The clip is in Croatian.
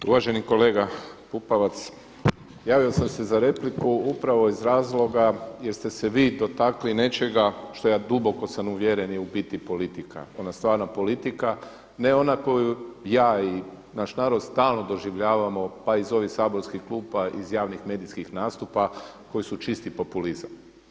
Uvaženi kolega Pupovac, javio sam se za repliku upravo iz razloga jer ste se vi dotakli nečega što ja dubokom sam uvjeren je u biti politika ona stvarna politika, ne ona koju ja i naš narod stalno doživljavamo pa iz ovih saborskih klupa, iz javnih medijskih nastupa koji su čisti populizam.